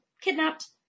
kidnapped